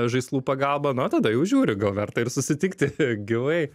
žaislų pagalba na tada jau žiūri gal verta ir susitikti gyvai